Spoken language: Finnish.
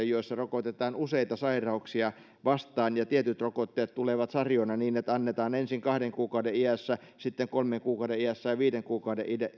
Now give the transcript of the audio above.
joissa rokotetaan useita sairauksia vastaan ja tietyt rokotteet tulevat sarjoina niin että annetaan ensin kahden kuukauden iässä sitten kolmen kuukauden iässä ja viiden kuukauden